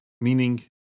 meaning